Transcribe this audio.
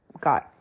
got